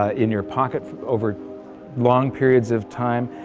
ah in your pocket over long periods of time,